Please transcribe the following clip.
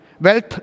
Wealth